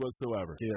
whatsoever